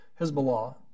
Hezbollah